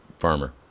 farmer